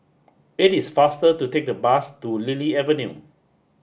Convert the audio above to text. it is faster to take the bus to Lily Avenue